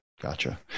Gotcha